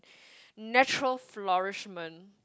natural flourishment